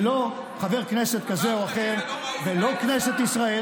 ולא חבר כנסת כזה או אחר ולא כנסת ישראל